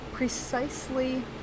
Precisely